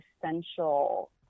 essential